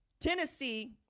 Tennessee